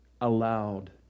allowed